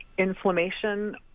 inflammation